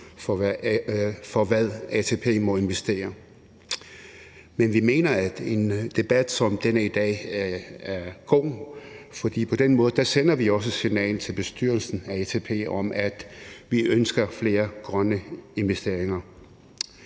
for, hvad ATP må investere i. Men vi mener, at en debat som den her i dag er god, for på den måde sender vi også et signal til bestyrelsen af ATP om, at vi ønsker flere grønne investeringer.